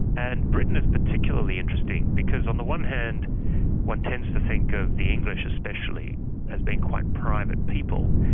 and britain is particularly interesting because on the one hand one tends to think of the english especially as being quite private people,